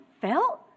felt